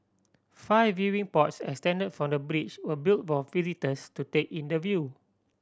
five viewing pods extend from the bridge were built for visitors to take in the view